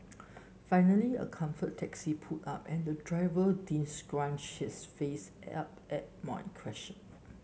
finally a Comfort taxi pulled up and the driver didn't scrunch his face up at my question